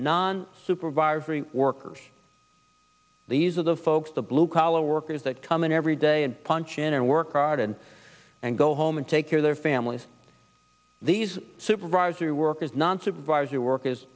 non supervisory workers these are the folks the blue collar workers that come in every day and function and work hard and go home and take care their families these supervisory workers non supervisory workers